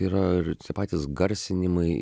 yra patys garsinimai